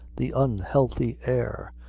the unhealthy air,